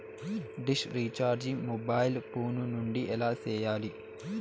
dish recharge mobile phone నుండి ఎలా సేయాలి